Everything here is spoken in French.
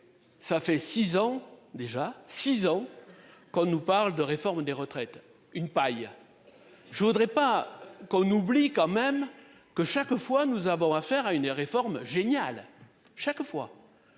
Ça fait 6 ans déjà 6 ans. Qu'on nous parle de réforme des retraites, une paille. Je voudrais pas qu'on oublie quand même que chaque fois, nous avons affaire à une réforme géniale chaque fois.